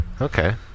Okay